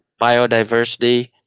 biodiversity